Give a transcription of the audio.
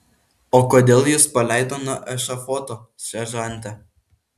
o kodėl jus paleido nuo ešafoto seržante